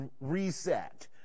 reset